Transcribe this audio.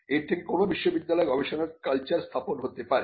এর থেকে কোনো বিশ্ববিদ্যালয়ে গবেষণার কালচার স্থাপন হতে পারে